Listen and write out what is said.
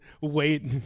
wait